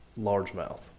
largemouth